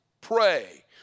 pray